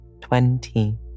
Twenty